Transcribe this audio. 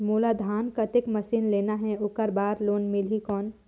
मोला धान कतेक मशीन लेना हे ओकर बार लोन मिलही कौन?